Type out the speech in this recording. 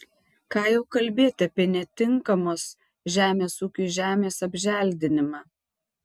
ką jau kalbėti apie netinkamos žemės ūkiui žemės apželdinimą